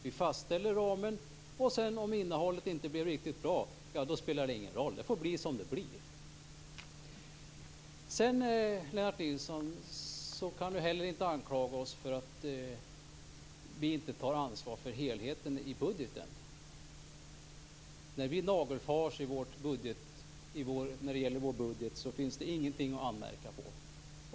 Vi fastställer ramen, och om innehållet sedan inte blir riktigt bra spelar det ingen roll. Det får bli som det blir! Lennart Nilsson kan inte anklaga oss vänsterpartister för att vi inte tar ansvar för helheten i budgeten. Nagelfar man vår budget finns det ingenting att anmärka på.